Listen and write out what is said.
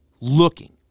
looking